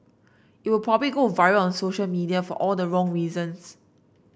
it would probably go viral on social media for all the wrong reasons